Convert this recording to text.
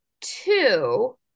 two